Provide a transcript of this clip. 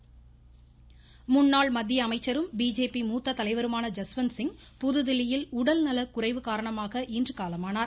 ஜஸ்வந்த்சிங் மறைவு முன்னாள் மத்திய அமைச்சரும் பிஜேபி மூத்த தலைவருமான ஜஸ்வந்த்சிங் புதுதில்லியில் உடல்நலக்குறைவு காரணமாக இன்று காலமானார்